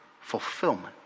fulfillment